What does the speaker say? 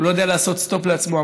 הוא לא יודע לעשות סטופ לעצמו.